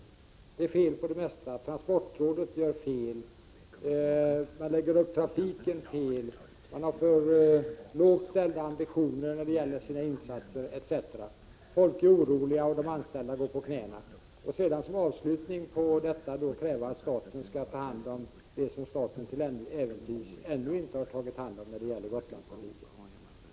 Enligt honom är det fel på det mesta — transportrådet gör fel, trafiken läggs upp på fel sätt, ambitionerna är för lågt ställda i fråga om insatserna, folk är oroliga, och de anställda går på knäna. Sedan avslutar han med att säga att staten skall ta hand om det staten till äventyrs ännu inte har tagit hand om när det gäller Gotlandstrafiken.